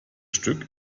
stück